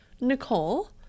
Nicole